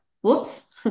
whoops